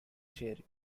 share